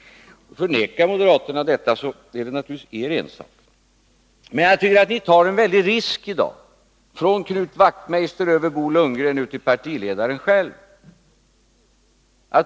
Förnekar moderaterna detta är det naturligtvis er ensak. Men jag tycker att ni tar en väldig risk i dag, från Knut Wachtmeister över Bo Lundgren och nu till partiledaren själv.